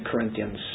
Corinthians